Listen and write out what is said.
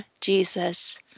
Jesus